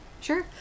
sure